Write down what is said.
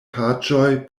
paĝoj